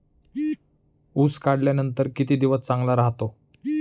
ऊस काढल्यानंतर किती दिवस चांगला राहतो?